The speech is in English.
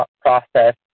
process